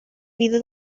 vida